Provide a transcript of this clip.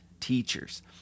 teachers